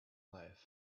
life